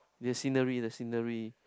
the scenery the scenery